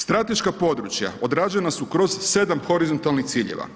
Strateška područja odrađena su kroz 7 horizontalnih ciljeva.